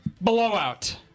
blowout